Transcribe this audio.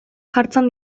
jartzen